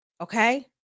Okay